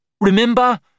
Remember